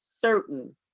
certain